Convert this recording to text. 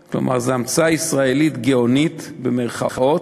כלומר, זו המצאה ישראלית גאונית, במירכאות,